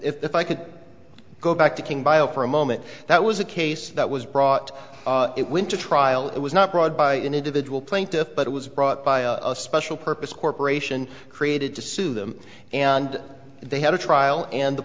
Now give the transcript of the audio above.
if i could go back to king bio for a moment that was a case that was brought it winter trial it was not brought by an individual plaintiff but it was brought by a special purpose corporation created to sue them and they had a trial and the